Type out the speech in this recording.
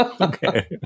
Okay